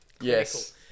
yes